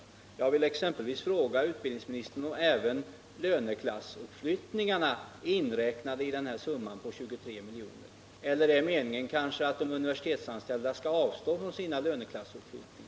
Jag vill fråga utbildningsministern om även löneklassuppräkningarna är inräknade i den här summan på 23 milj.kr. Eller är meningen kanske att de universitetsanställda skall avstå från sina löneklassuppflyttningar?